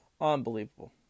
Unbelievable